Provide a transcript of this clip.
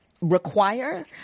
require